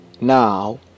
now